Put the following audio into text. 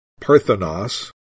parthenos